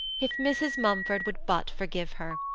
if mrs. mumford would but forgive her!